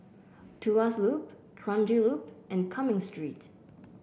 Tuas Loop Kranji Loop and Cumming Street